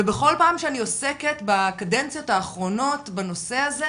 ובכל פעם שאני עוסקת בקדנציות האחרונות בנושא הזה,